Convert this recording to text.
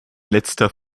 letzter